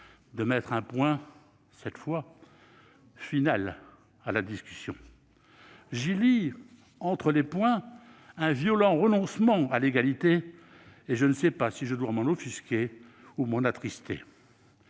de mettre un point, final cette fois, à la discussion ? J'y lis, entre les points, un violent renoncement à l'égalité. Je ne sais pas si je dois m'en offusquer ou m'en attrister.